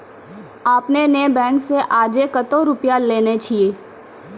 आपने ने बैंक से आजे कतो रुपिया लेने छियि?